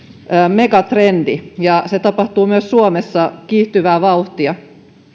megatrendi ja se tapahtuu myös suomessa kiihtyvää vauhtia